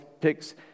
picks